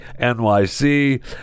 NYC